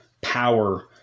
power